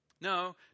No